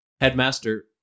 Headmaster